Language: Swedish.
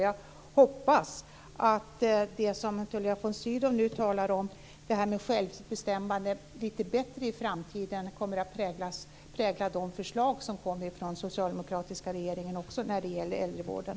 Jag hoppas att det som Tullia von Sydow nu talar om - det här med självbestämmande - i framtiden lite bättre kommer att prägla de förslag som kommer från den socialdemokratiska regeringen också när det gäller äldrevården.